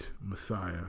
Messiah